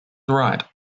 right